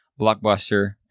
Blockbuster